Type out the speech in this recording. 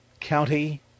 County